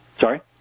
sorry